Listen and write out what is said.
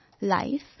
life